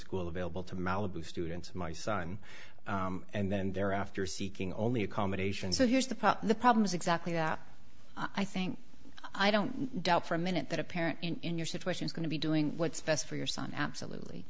school available to malibu students my son and then there after seeking only accommodation so here's the problem the problem is exactly that i think i don't doubt for a minute that a parent in your situation is going to be doing what's best for your son absolutely